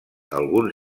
alguns